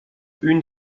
une